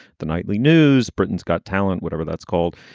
the nightly news, britain's got talent, whatever that's called,